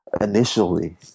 initially